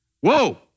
whoa